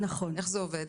איך זה עובד?